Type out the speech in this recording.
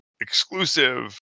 exclusive